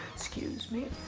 excuse me.